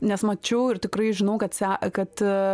nes mačiau ir tikrai žinau kad se kad